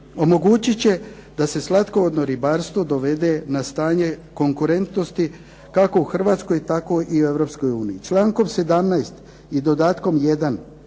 omogućit će da se slatkovodno ribarstvo dovede na stanje konkurentnosti kako u Hrvatskoj, tako i u Europskoj uniji. Člankom 17. i dodatkom 1.